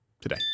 today